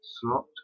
slot